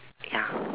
ya